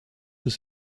ist